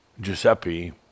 Giuseppe